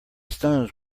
stones